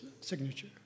signature